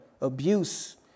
abuse